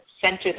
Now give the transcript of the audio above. center